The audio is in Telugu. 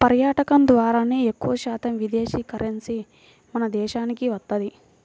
పర్యాటకం ద్వారానే ఎక్కువశాతం విదేశీ కరెన్సీ మన దేశానికి వత్తది